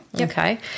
Okay